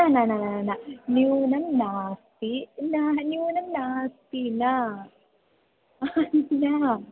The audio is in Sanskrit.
न न न न न्यूनं नास्ति न न्यूनं नास्ति न न